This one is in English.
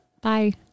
Bye